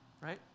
right